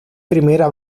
primera